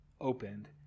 opened